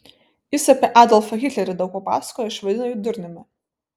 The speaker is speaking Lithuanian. jis apie adolfą hitlerį daug papasakojo išvadino jį durniumi